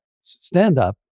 stand-up